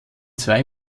zwei